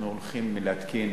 אנחנו הולכים להתקין